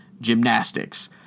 Gymnastics